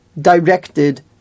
directed